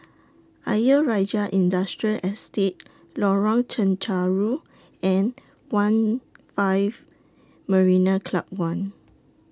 Ayer Rajah Industrial Estate Lorong Chencharu and one five Marina Club one